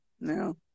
no